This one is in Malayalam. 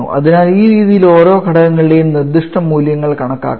അതിനാൽ ഈ രീതിയിൽ ഓരോ ഘടകങ്ങളുടെയും നിർദ്ദിഷ്ട മൂല്യങ്ങൾ കണക്കാക്കാം